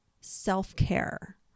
self-care